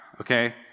okay